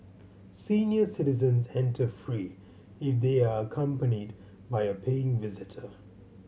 senior citizens enter free if they are accompanied by a paying visitor